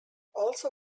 also